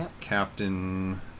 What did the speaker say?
Captain